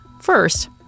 First